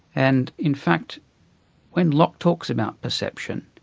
and in fact when locke talks about perception,